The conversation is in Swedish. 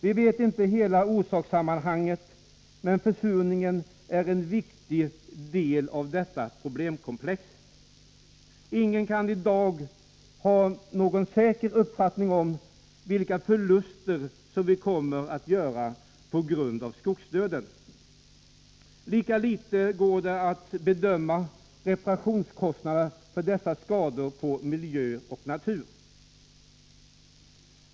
Vi vet inte hela orsakssammanhanget, men försurningen är en viktig del av detta problemkomplex. Ingen kan i dag ha någon säker uppfattning om vilka förluster som vi kommer att göra på grund av skogsdöden. Lika litet går det att bedöma reparationskostnaderna för dessa skador på miljö och natur.